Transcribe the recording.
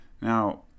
Now